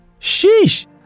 Sheesh